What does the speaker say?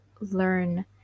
learn